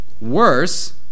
Worse